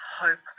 hope